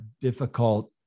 difficult